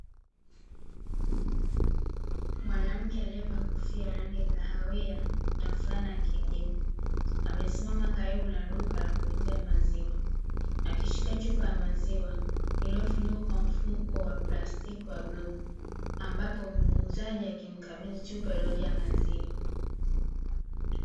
Mwanamke aliyevaa kofia ya rangi ya kahawia na fulana ya kijivu amesimama karibu na duka la kuuzia maziwa, akishika chupa ya maziwa ilifunikwa kwa mfuniko wa plastiki wa bluu ambapo muuzaji akimkabidhi chupa iliyojaa maziwa.